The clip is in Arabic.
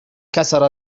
كسر